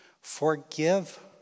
Forgive